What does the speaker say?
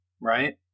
Right